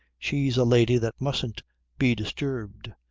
she's a lady that mustn't be disturbed.